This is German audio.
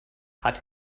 hat